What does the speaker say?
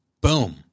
boom